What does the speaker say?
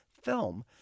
film